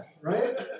right